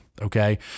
Okay